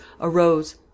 arose